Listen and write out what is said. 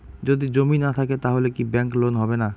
যদি জমি না থাকে তাহলে কি ব্যাংক লোন হবে না?